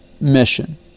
mission